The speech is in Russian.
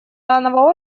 данного